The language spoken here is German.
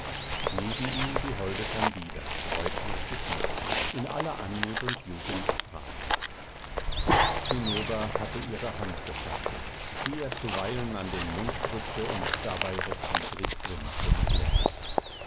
neben ihm die holde candida bräutlich geschmückt in aller anmut und jugend strahlend zinnober hatte ihre hand gefaßt die er zuweilen an den mund drückte und dabei recht widrig grinste und lächelte